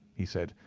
he said,